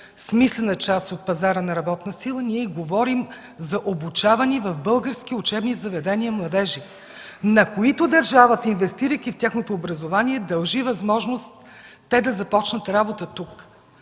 смислена част от пазара на работна сила, ние говорим за обучавани в български учебни заведения младежи, на които държавата, инвестирайки в тяхното образование, дължи възможност те да започнат работа тук.